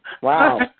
Wow